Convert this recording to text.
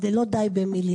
אני חושבת שלא דיי במילים,